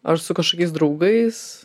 ar su kažkokiais draugais